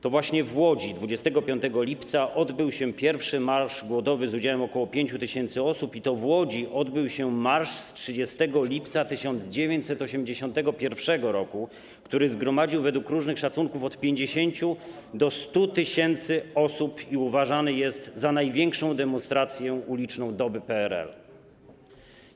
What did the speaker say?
To właśnie w Łodzi 25 lipca odbył się pierwszy marsz głodowy z udziałem ok. 5 tys. osób i to w Łodzi odbył się marsz z 30 lipca 1981 r., który zgromadził według różnych szacunków od 50 do 100 tys. osób i uważany jest za największą demonstrację uliczną doby PRL-u.